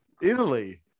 Italy